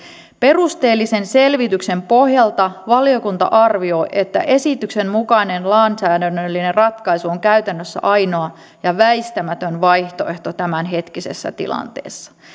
perusteellisen selvityksen pohjalta valiokunta arvioi että esityksen mukainen lainsäädännöllinen ratkaisu on käytännössä ainoa ja väistämätön vaihtoehto tämänhetkisessä tilanteessa